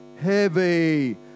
heavy